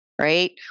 right